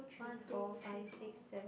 one two three four